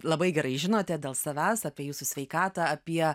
labai gerai žinote dėl savęs apie jūsų sveikatą apie